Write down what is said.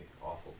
awful